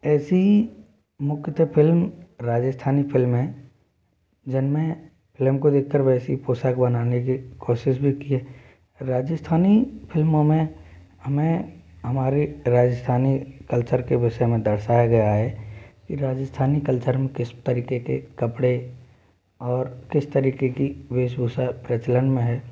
ऐसी मुख्यतः film Rajasthani film है जिन में फिल्म को देख कर वैसी पोशाक बनाने की कोशिश भी की है राजस्थानी फ़िल्मों में हमें हमारे राजस्थानी कल्चर के विषय में दर्शाया गया है कि राजस्थानी कल्चर हम किस तरीक़े के कपड़े और किस तरीक़े की वेशभूषा प्रचलन में है